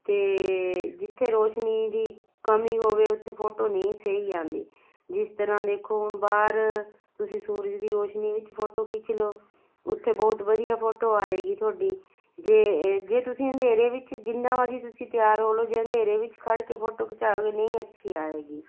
ਅਤੇ ਜਿੱਥੇ ਰੋਸ਼ਨੀ ਦੀ ਕਮੀ ਹੋਵੇ ਉੱਥੇ ਫੋਟੋ ਨਹੀਂ ਸਹੀ ਆਉਂਦੀ ਜਿਸ ਤਰ੍ਹਾਂ ਦੇਖੋ ਹੁਣ ਬਾਹਰ ਤੁਸੀਂ ਸੂਰਜ ਦੀ ਰੋਸ਼ਨੀ ਵਿੱਚ ਫੋਟੋ ਖਿੱਚ ਲਓ ਉੱਥੇ ਬਹੁਤ ਵਧੀਆ ਫੋਟੋ ਆਏਗੀ ਤੁਹਾਡੀ ਜੇ ਜੇ ਤੁਸੀਂ ਅੰਧੇਰੇ ਵਿੱਚ ਜਿੰਨ੍ਹਾਂ ਮਰਜੀ ਤੁਸੀਂ ਤਿਆਰ ਹੋ ਲਓ ਜੇ ਅੰਧੇਰੇ ਵਿੱਚ ਖੜ ਕੇ ਫੋਟੋ ਖਿਚਵਾਓਗੇ ਨਹੀਂ ਅੱਛੀ ਆਵੇਗੀ